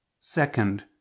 Second